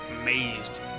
amazed